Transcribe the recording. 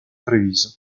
treviso